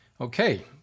Okay